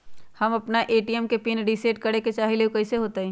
हम अपना ए.टी.एम के पिन रिसेट करे के चाहईले उ कईसे होतई?